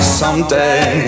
someday